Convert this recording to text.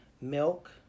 milk